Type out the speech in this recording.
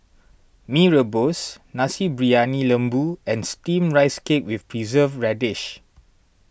Mee Rebus Nasi Briyani Lembu and Steamed Rice Cake with Preserved Radish